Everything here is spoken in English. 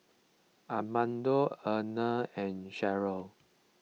Armando Abner and Cheryll